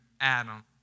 Adam